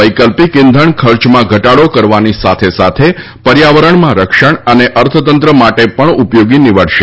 વૈકલ્પિક ઇંધણ ખર્ચમાં ઘટાડો કરવાની સાથે સાથે પર્યાવરણમાં રક્ષણ અને અર્થતંત્ર માટે પણ ઉપયોગી નીવડશે